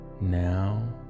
Now